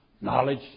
knowledge